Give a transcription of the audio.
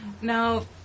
Now